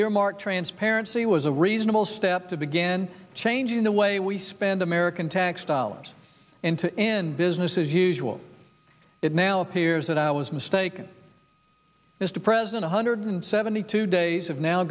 earmark transparency was a reasonable step to began changing the way we spend american tax dollars and to end business as usual it now appears that i was mistaken mr president a hundred and seventy two days have now